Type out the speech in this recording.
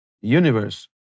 universe